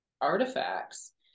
artifacts